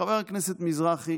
חבר הכנסת מזרחי